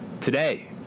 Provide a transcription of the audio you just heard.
Today